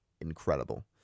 incredible